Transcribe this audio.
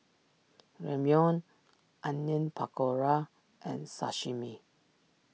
Ramyeon Onion Pakora and Sashimi